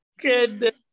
good